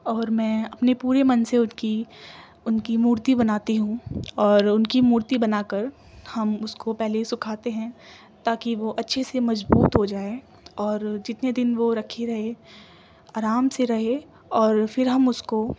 اور میں اپنے پورے من سے ان کی ان کی مورتی بناتی ہوں اور ان کی مورتی بنا کر ہم اس کو پہلے سکھاتے ہیں تاکہ وہ اچھے سے مضبوط ہو جائے اور جتنے دن وہ رکھی رہے آرام سے رہے اور پھر ہم اس کو